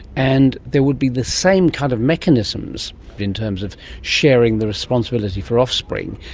and there would be the same kind of mechanisms in terms of sharing the responsibility for offspring,